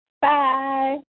Bye